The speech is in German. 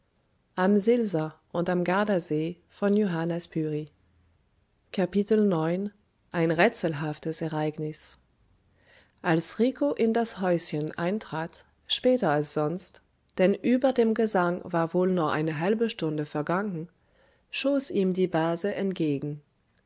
ein rätselhaftes ereignis als rico in das häuschen eintrat später als sonst denn über dem gesang war wohl noch eine halbe stunde vergangen schoß ihm die base entgegen